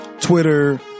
Twitter